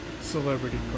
celebrity